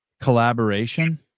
collaboration